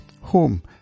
Home